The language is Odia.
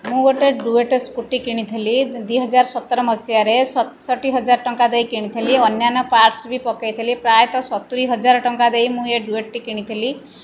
ମୁଁ ଗୋଟେ ଡୁୟେଟ ସ୍କୁଟି କିଣିଥିଲି ଦୁଇହଜାର ସତର ମସିହାରେ ସତଷଠି ହଜାର ଟଙ୍କା ଦେଇ କିଣିଥିଲି ଅନ୍ୟାନ୍ୟ ପାର୍ଟସ ବି ପକେଇଥିଲି ପ୍ରାୟତଃ ସତୁରୀ ହଜାର ଟଙ୍କା ଦେଇ ମୁଁ ଏ ଡୁୟେଟଟି କିଣିଥିଲି